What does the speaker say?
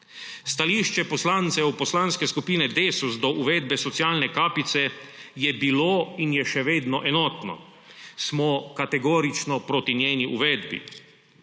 Stališče poslancev Poslanske skupine Desus do uvedbe socialne kapice je bilo in je še vedno enotno. Smo kategorično proti njeni uvedbi.